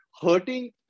hurting